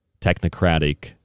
technocratic